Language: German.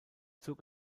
zur